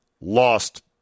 lost